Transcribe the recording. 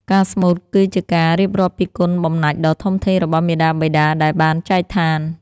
ការស្មូត គឺជាការរៀបរាប់ពីគុណបំណាច់ដ៏ធំធេងរបស់មាតាបិតាដែលបានចែកឋាន។